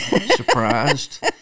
surprised